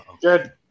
Good